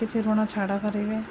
କିଛି ଋଣ ଛାଡ଼ କରିବେ